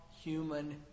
human